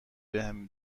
بهم